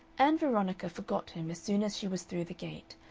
ann veronica forgot him as soon as she was through the gate,